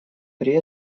при